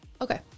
Okay